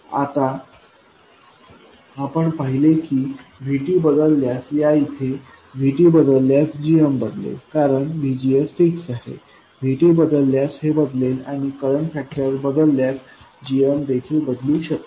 तर आता आपण पाहिले की VT बदलल्यास या बाबतीत इथे VTबदलल्यास gmबदलेल कारण VGSफिक्स आहे VTबदलल्यास हे बदलेल आणि करंट फॅक्टर बदलल्यास gm देखील बदलू शकेल